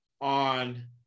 on